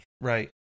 Right